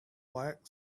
black